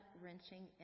wrenching